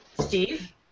Steve